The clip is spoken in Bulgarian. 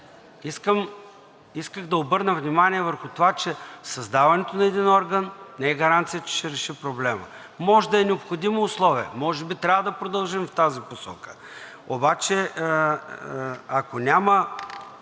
Исках да обърна внимание върху това, че създаването на един орган не е гаранция, че ще реши проблемът. Може да е необходимо условие, може би трябва да продължим в тази посока, обаче ако няма